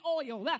oil